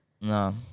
No